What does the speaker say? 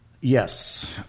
Yes